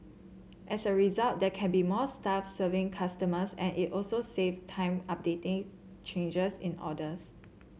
as a result there can be more staff serving customers and it also save time updating changes in orders